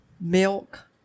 milk